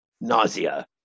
nausea